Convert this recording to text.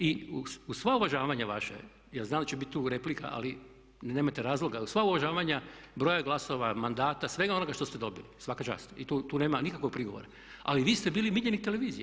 I uz svo uvažavanje vaše, ja znam da će biti tu replika ali nemate razloga, uz sva uvažavanja broja glasova mandata i svega onoga što ste dobili svaka čast i tu nema nikakvog prigovora ali vi ste bili miljenik televizije.